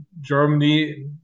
Germany